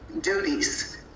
duties